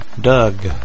Doug